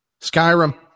Skyrim